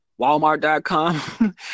walmart.com